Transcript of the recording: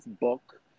book